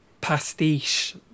pastiche